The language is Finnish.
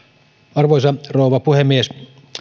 arvoisa rouva puhemies